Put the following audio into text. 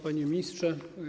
Panie Ministrze!